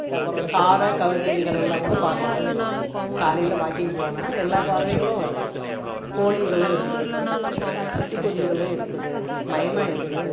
அப்புறம் காடை கவுதாரிகள்லெல்லாம் கூட பார்க்கறோம் காலையில் வாக்கிங் போனால் எல்லா பறவைகளும் வருது கோழிகளும் இருக்குது சிட்டு குருவிகளும் இருக்குது மைனா இருக்குது